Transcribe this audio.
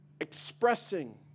Expressing